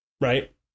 right